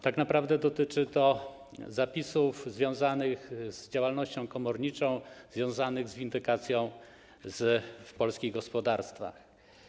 Tak naprawdę dotyczy on zapisów związanych z działalnością komorniczą w ramach windykacji w polskich gospodarstwach.